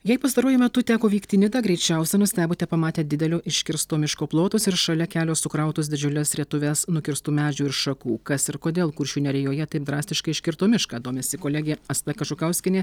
jei pastaruoju metu teko vykti į nidą greičiausiai nustebote pamatę didelio iškirsto miško plotus ir šalia kelio sukrautas didžiules rietuves nukirstų medžių ir šakų kas ir kodėl kuršių nerijoje taip drastiškai iškirto mišką domisi kolegė asta kažukauskienė